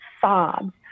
sobbed